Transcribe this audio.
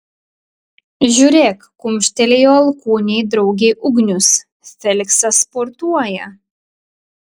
žiūrėk kumštelėjo alkūne draugei ugnius feliksas sportuoja